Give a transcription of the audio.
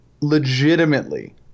Legitimately